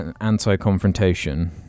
anti-confrontation